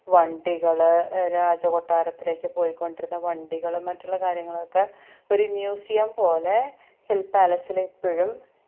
വണ്ടികള് രാജകൊട്ടാരത്തിലേക്ക് പോക്കോണ്ടിരുന്ന വണ്ടികളും മറ്റുള്ള കാര്യങ്ങളും ഒക്കെ ഒരു മ്യൂസിയം പോലെ ഹില് പാലസിലിപ്പഴും